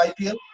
IPL